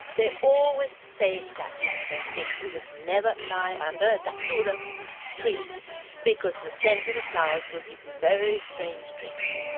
they always say exactly the same thing you must never lie under a datura tree because the scent of the flowers will give you very strange dreams.